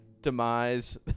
demise